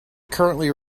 currently